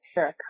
Sure